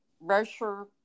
Rocher